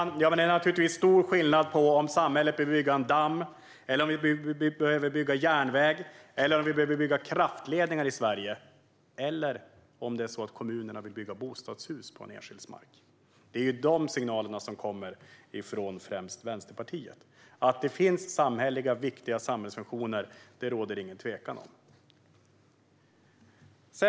Herr talman! Det är naturligtvis stor skillnad mellan att samhället behöver bygga en damm, en järnväg eller kraftledningar i Sverige och att kommunerna vill bygga bostadshus på en enskilds mark. Det är ju dessa signaler som kommer från främst Vänsterpartiet. Det råder ingen tvekan om att det finns viktiga samhällsfunktioner.